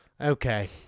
Okay